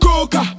coca